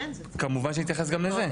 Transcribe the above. כמובן שנתייחס גם לזה.